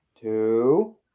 two